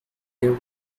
there